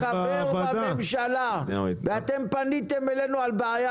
אתה חבר בממשלה ואתם פניתם אלינו על בעיה